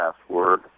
password